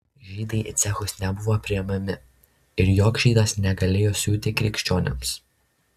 žydai į cechus nebuvo priimami ir joks žydas negalėjo siūti krikščionims